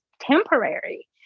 temporary